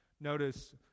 Notice